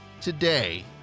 today